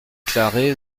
clarée